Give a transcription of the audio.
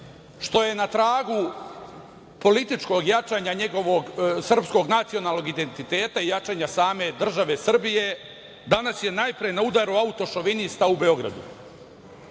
što je na tragu političkog jačanja njegovog srpskgo nacionalnog identiteta i jačanja same države Srbije, danas je najpre na udaru autošovinista u Beogradu.